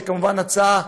שכמובן הצעה,